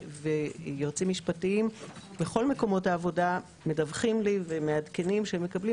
ויועצים משפטיים בכל מהמקומות בעבודה מדווחים לי ומעדכנים שהם מקבלים